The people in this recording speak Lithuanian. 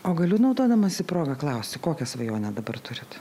o galiu naudodamasi proga klausti kokią svajonę dabar turit